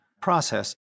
process